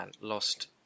lost